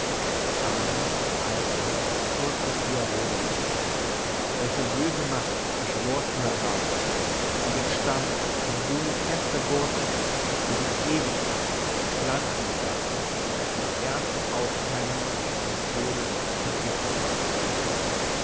armer alter kurzsichtiger roderich welche böse macht beschworst du herauf die den stamm den du mit fester wurzel für die ewigkeit zu pflanzen gedachtest im ersten aufkeimen zum tode vergiftete